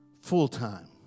Full-time